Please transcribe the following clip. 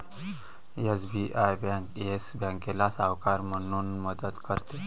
SBI bank Yes बँकेला सावकार म्हणून मदत करते